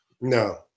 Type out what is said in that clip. no